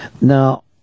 Now